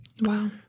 Wow